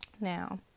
now